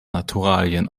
naturalien